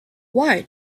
why